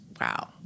wow